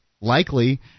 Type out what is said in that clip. likely